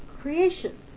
creation